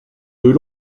deux